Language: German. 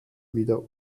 wieder